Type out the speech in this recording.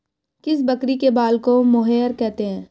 किस बकरी के बाल को मोहेयर कहते हैं?